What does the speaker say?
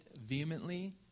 vehemently